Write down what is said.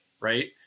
right